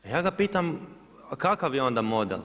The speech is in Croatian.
A ja ga pitam a kakav je onda model?